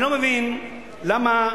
אני לא מבין למה,